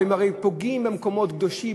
והם הרי פוגעים במקומות קדושים,